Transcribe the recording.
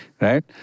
right